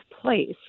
place